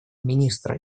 министра